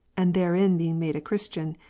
and therein being made a christian,